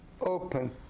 open